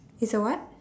it's a what